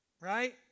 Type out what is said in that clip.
right